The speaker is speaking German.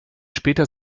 später